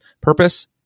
purpose